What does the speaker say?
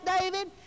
David